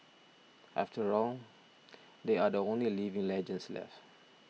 after all they are the only living legends left